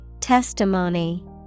Testimony